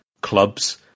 clubs